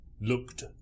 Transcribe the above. Looked